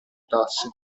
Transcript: tasse